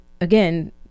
again